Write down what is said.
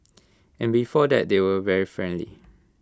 and before that they were very friendly